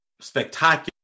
spectacular